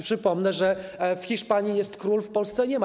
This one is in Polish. Przypomnę, że w Hiszpanii jest król, w Polsce nie ma.